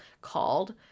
called